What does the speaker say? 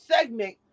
segment